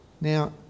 Now